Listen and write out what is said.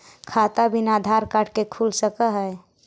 खाता बिना आधार कार्ड के खुल सक है?